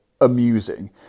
amusing